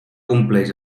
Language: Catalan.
compleix